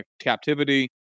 captivity